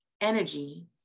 energy